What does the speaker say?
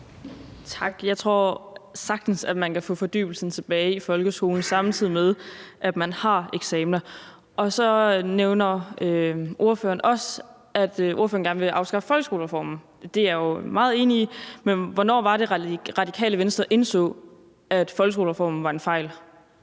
Tak. Jeg tror sagtens, at man kan få fordybelsen tilbage i folkeskolen, samtidig med at man har eksamener. Så nævner ordføreren også, at ordføreren gerne vil afskaffe folkeskolereformen. Det er jeg jo meget enig i, men hvornår var det, Radikale Venstre indså, at folkeskolereformen var en fejl?